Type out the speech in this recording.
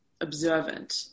observant